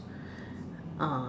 ah